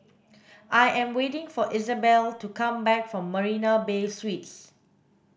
I am waiting for Izabelle to come back from Marina Bay Suites